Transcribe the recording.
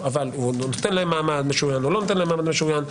הוא נותן להם מעמד משוריין או לא נותן להם מעמד משוריין,